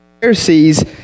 Pharisees